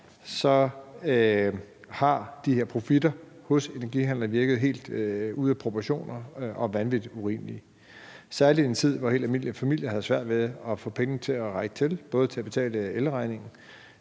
har de her profitter hos energihandlere virket helt ude af proportioner og vanvittig urimelige, særlig i en tid, hvor helt almindelige familier havde svært ved at få pengene til at slå til, både til at betale elregningen,